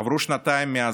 עברו שנתיים מאז,